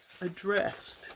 addressed